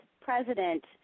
president